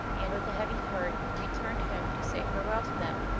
and with a heavy heart he returned home to say farewell to them.